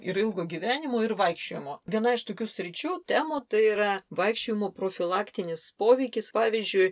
ir ilgo gyvenimo ir vaikščiojimo viena iš tokių sričių temų tai yra vaikščiojimo profilaktinis poveikis pavyzdžiui